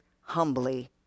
humbly